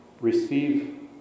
receive